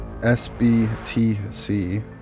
SBTC